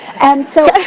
and so